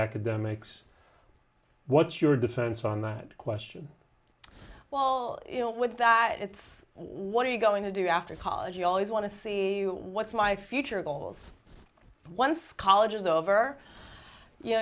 academics what's your defense on that question well you know with that it's what are you going to do after college you always want to see what's my future goals once college is over you know